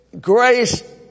grace